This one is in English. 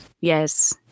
Yes